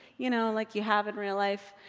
you know like you have in real life,